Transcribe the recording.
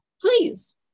Please